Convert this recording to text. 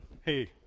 Hey